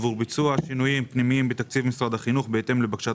עבור ביצוע שינויים פנימיים בתקציב משרד החינוך בהתאם לבקשת